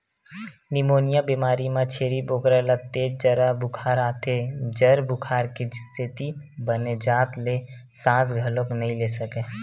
pneumonia बेमारी म छेरी बोकरा ल तेज जर बुखार आथे, जर बुखार के सेती बने जात ले सांस घलोक नइ ले सकय